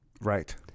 Right